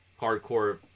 hardcore